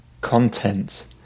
content